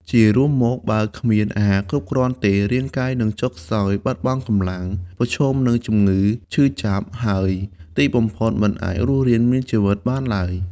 ជារួមមក បើគ្មានអាហារគ្រប់គ្រាន់ទេ រាងកាយនឹងចុះខ្សោយ បាត់បង់កម្លាំង ប្រឈមនឹងជំងឺ ឈឺចាប់ ហើយទីបំផុតមិនអាចរស់រានមានជីវិតបានឡើយ។